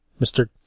Mr